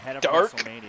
Dark